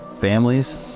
families